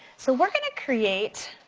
so we're gonna create